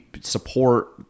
support